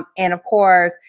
and, of course,